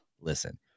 Listen